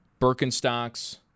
Birkenstocks